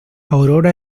aurora